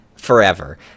forever